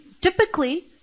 typically